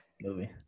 movie